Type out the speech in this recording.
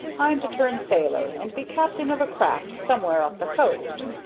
i'm to turn sailor, and be captain of a craft somewhere up the coast.